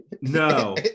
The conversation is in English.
No